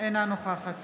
אינה נוכחת